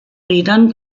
rädern